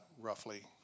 roughly